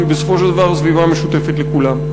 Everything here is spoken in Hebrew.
שהיא בסופו של דבר סביבה משותפת לכולם.